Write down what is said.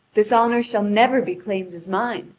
this honour shall never be claimed as mine,